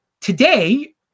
today